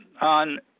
on